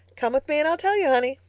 come with me and i'll tell you, honey.